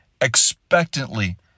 expectantly